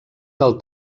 del